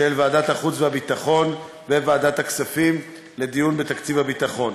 של ועדת החוץ והביטחון וועדת הכספים לדיון בתקציב הביטחון,